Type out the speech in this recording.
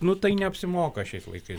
nu tai neapsimoka šiais laikais